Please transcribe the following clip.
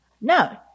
no